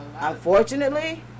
Unfortunately